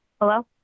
Hello